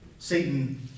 Satan